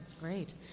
Great